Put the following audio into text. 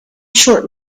short